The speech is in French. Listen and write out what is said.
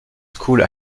school